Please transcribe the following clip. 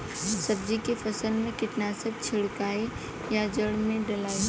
सब्जी के फसल मे कीटनाशक छिड़काई या जड़ मे डाली?